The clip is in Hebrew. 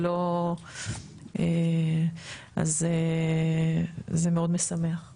אז זה מאוד משמח.